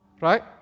right